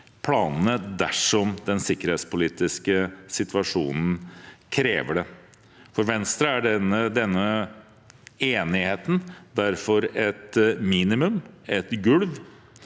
planene dersom den sikkerhetspolitiske situasjonen krever det. For Venstre er denne enigheten derfor et minimum, et gulv.